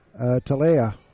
Talea